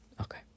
Okay